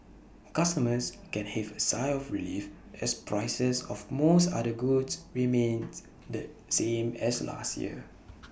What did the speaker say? customers can heave A sigh of relief as prices of most other goods remained the same as last year's